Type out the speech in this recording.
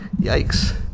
yikes